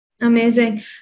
Amazing